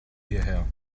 hierher